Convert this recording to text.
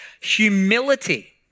humility